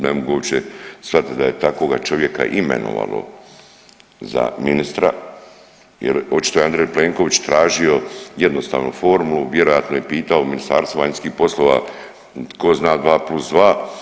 Ne mogu uopće shvatiti da je takvoga čovjeka imenovalo za ministra jer očito je Andrej Plenković tražio jednostavnu formu, vjerojatno je pitao Ministarstvo vanjskih poslova tko zna dva plus dva.